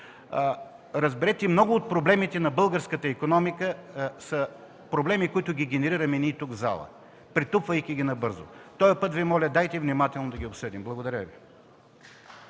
Разберете, много от проблемите на българската икономика са проблеми, които генерираме ние тук в залата, претупвайки ги набързо. Този път Ви моля: дайте внимателно да ги обсъдим. Благодаря Ви.